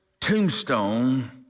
tombstone